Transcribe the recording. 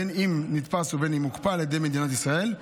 בין שנתפס ובין שהוקפא על ידי מדינת ישראל.